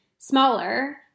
smaller